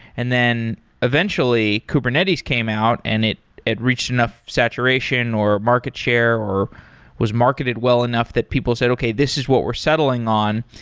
and then eventually kubernetes came out and it it reached enough saturation or market share or was marketed well enough that people said, okay, this is what we're settling on,